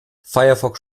firefox